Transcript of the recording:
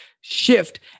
shift